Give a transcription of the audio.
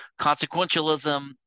Consequentialism